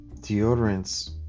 deodorants